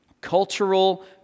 Cultural